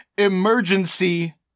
Emergency